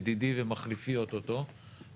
ידידי ואוטוטו גם מחליפי,